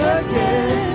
again